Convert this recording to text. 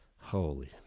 Holy